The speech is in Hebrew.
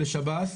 בשב"ס,